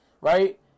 right